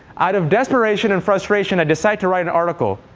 out of desperation and frustration, i decide to write an article.